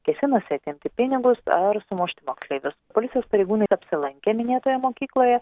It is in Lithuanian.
kėsinosi atimti pinigus ar sumušti moksleivius policijos pareigūnai apsilankė minėtoje mokykloje